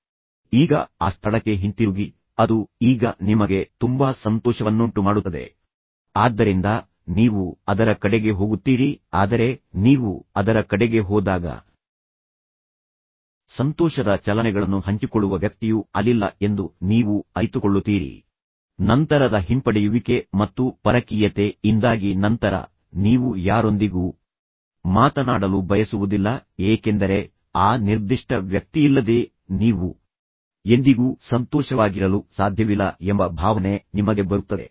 ಅಥವಾ ಈಗ ಆ ಸ್ಥಳಕ್ಕೆ ಹಿಂತಿರುಗಿ ಅದು ಈಗ ನಿಮಗೆ ತುಂಬಾ ಸಂತೋಷವನ್ನುಂಟು ಮಾಡುತ್ತದೆ ಹಿಂತಿರುಗಿ ನಿಮ್ಮ ಸಂತೋಷದ ಚಲನೆಗಳನ್ನು ಮರಳಿ ಪಡೆಯಿರಿ ಆದ್ದರಿಂದ ನೀವು ಅದರ ಕಡೆಗೆ ಹೋಗುತ್ತೀರಿ ಆದರೆ ನೀವು ಅದರ ಕಡೆಗೆ ಹೋದಾಗ ಸಂತೋಷದ ಚಲನೆಗಳನ್ನು ಹಂಚಿಕೊಳ್ಳುವ ವ್ಯಕ್ತಿಯು ಅಲ್ಲಿಲ್ಲ ಎಂದು ನೀವು ಅರಿತುಕೊಳ್ಳುತ್ತೀರಿ ನಂತರದ ಹಿಂಪಡೆಯುವಿಕೆ ಮತ್ತು ಪರಕೀಯತೆ ಇಂದಾಗಿ ನಂತರ ನೀವು ಯಾರೊಂದಿಗೂ ಮಾತನಾಡಲು ಬಯಸುವುದಿಲ್ಲ ಏಕೆಂದರೆ ಆ ನಿರ್ದಿಷ್ಟ ವ್ಯಕ್ತಿಯಿಲ್ಲದೆ ನೀವು ಎಂದಿಗೂ ಸಂತೋಷವಾಗಿರಲು ಸಾಧ್ಯವಿಲ್ಲ ಎಂಬ ಭಾವನೆ ನಿಮಗೆ ಬರುತ್ತದೆ